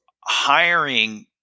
hiring